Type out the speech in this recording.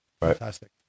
Fantastic